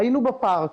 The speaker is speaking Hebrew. היינו בפארק.